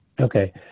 Okay